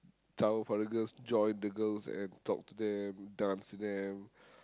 tower for the girls joined the girls and talk to them dance with them